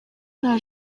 nta